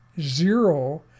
zero